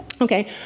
Okay